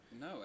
No